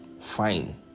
fine